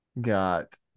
got